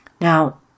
Now